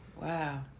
Wow